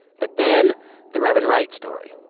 but then the reverend wright story